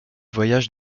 voyage